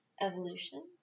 evolution